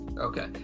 Okay